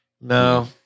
no